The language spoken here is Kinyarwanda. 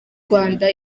rwanda